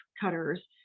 cutters